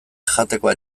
jatekoa